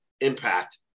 impact